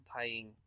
paying